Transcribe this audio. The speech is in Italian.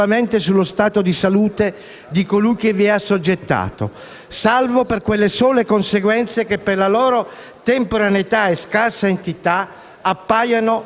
nella norma sono previste esenzioni connesse allo stato di salute e ricettività del soggetto, in modo che non determini danno.